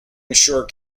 ensure